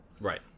Right